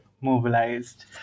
mobilized